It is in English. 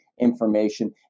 information